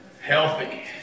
Healthy